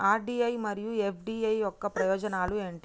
RD మరియు FD యొక్క ప్రయోజనాలు ఏంటి?